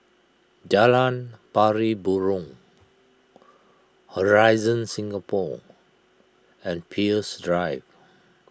Jalan Pari Burong Horizon Singapore and Peirce Drive